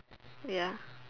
ya